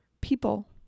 people